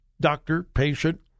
doctor-patient